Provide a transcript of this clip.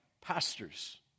pastors